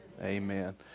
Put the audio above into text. Amen